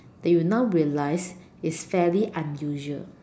that you now realize is fairly unusual